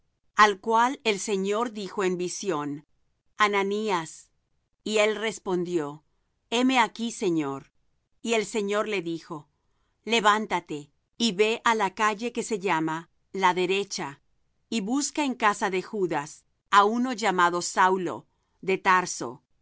al cual el señor dijo en visión ananías y él respondió heme aquí señor y el señor le dijo levántate y ve á la calle que se llama la derecha y busca en casa de judas á uno llamado saulo de tarso